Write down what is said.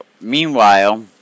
meanwhile